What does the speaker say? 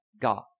god